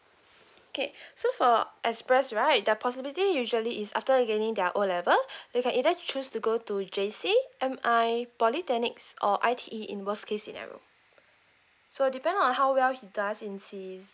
okay so for express right their possibility usually is after gaining their O level you can either choose to go to J_C M_I polytechnics or I_T_E in worst case scenario so depend on how well he does in his